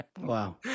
Wow